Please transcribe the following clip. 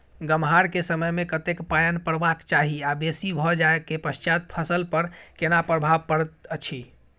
गम्हरा के समय मे कतेक पायन परबाक चाही आ बेसी भ जाय के पश्चात फसल पर केना प्रभाव परैत अछि?